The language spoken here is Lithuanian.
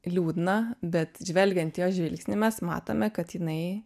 liūdna bet žvelgiant į jo žvilgsnį mes matome kad jinai